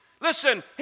listen